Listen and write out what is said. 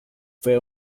fue